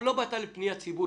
לא באת עם פנייה אישית.